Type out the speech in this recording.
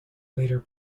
later